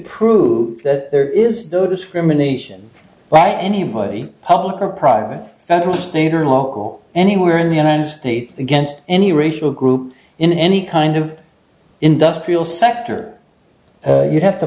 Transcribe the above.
prove that there is no discrimination by anybody public or private federalist neither in all anywhere in the united need against any racial group in any kind of industrial sector you'd have to